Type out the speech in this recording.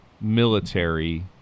military